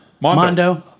Mondo